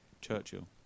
Churchill